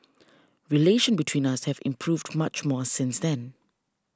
relations between us have improved much more since then